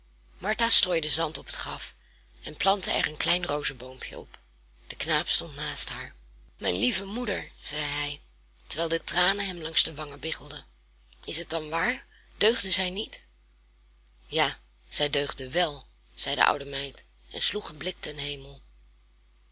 martha strooide zand op het graf en plantte er een klein rozeboompje op de knaap stond naast haar mijn lieve moeder zei hij terwijl de tranen hem langs de wangen biggelden is het dan waar deugde zij niet ja zij deugde wel zei de oude meid en sloeg een blik ten hemel